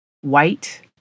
white